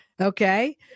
Okay